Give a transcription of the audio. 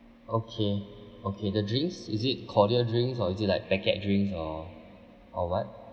okay okay the drinks is it cordial drinks or is it like packet drinks or or what